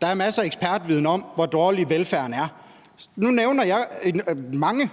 Der er masser af ekspertviden om, hvor dårlig dyrevelfærden er. Nu nævner jeg mange